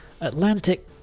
Atlantic